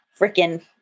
freaking